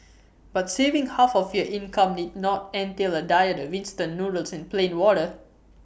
but saving half of your income need not entail A diet of instant noodles and plain water